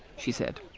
she said.